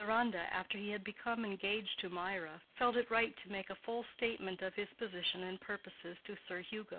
deronda, after he had become engaged to mirah, felt it right to make a full statement of his position and purposes to sir hugo,